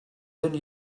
than